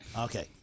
Okay